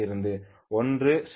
ஒன்று sinω1t மற்றொன்று sinω2t